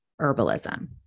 herbalism